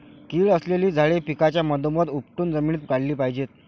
कीड असलेली झाडे पिकाच्या मधोमध उपटून जमिनीत गाडली पाहिजेत